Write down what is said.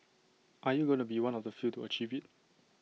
are you gonna be one of the few to achieve IT